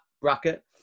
bracket